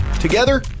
Together